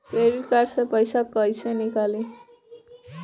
Credit card से पईसा केइसे निकली?